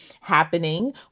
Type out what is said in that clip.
happening